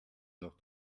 noch